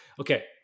Okay